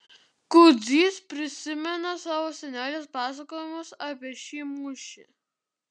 kudzys prisimena savo senelės pasakojimus apie šį mūšį